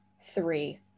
three